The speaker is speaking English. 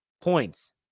points